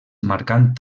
marcant